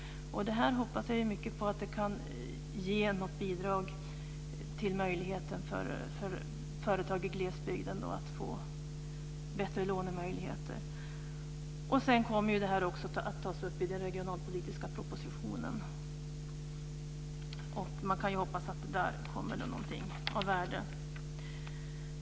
Jag hoppas mycket på att det här kan bidra något till att företag i glesbygden får bättre lånemöjligheter. Sedan kommer det här också att tas upp i den regionalpolitiska propositionen. Man kan ju hoppas att det där kommer någonting av värde.